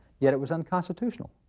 yet it was unconstitutional!